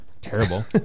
terrible